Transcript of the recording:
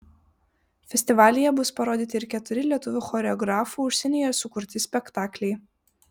festivalyje bus parodyti ir keturi lietuvių choreografų užsienyje sukurti spektakliai